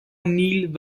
نیل